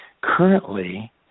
currently